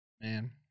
Man